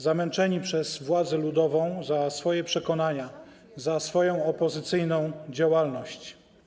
Zamęczeni przez władzę ludową za swoje przekonania, za swoją opozycyjną działalność.